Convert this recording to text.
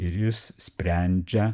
ir jis sprendžia